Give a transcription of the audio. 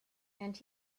and